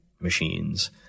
machines